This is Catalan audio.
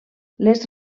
les